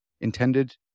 intended